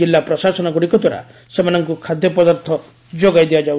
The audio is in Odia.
ଜିଲ୍ଲା ପ୍ରଶାସନଗୁଡ଼ିକ ଦ୍ୱାରା ସେମାନଙ୍କୁ ଖାଦ୍ୟପଦାର୍ଥ ଯୋଗାଇ ଦିଆଯାଇଛି